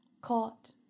caught